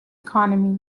economy